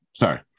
sorry